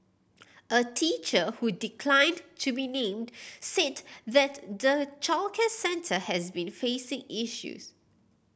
a teacher who declined to be named said that the childcare centre has been facing issues